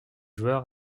joueur